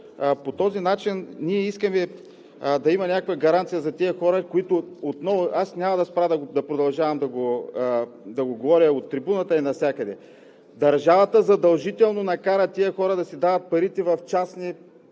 по този начин ние искаме да има някаква гаранция за тези хора – аз няма да спра, ще продължавам да го говоря от трибуната, и навсякъде. Държавата задължително накара тези хора да си дават парите в частни